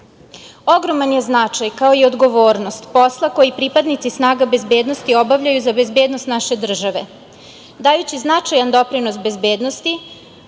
pristup. Ogroman je značaj, kao i odgovornost posla koji pripadnici snaga bezbednosti obavljaju za bezbednost naše države dajući značajan doprinos bezbednosti,